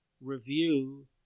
review